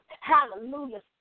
Hallelujah